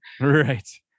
Right